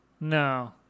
No